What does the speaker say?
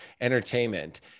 entertainment